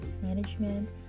management